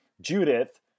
judith